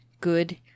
good